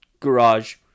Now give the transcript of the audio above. Garage